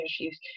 issues